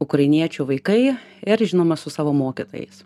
ukrainiečių vaikai ir žinoma su savo mokytojais